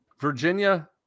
Virginia